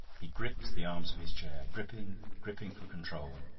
he gripped the arms of his chair gripping, gripping for control.